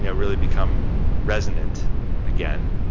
yeah really become resonant again.